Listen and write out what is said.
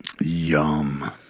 Yum